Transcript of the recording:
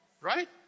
Right